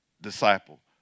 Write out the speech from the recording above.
disciple